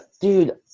dude